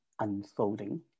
unfolding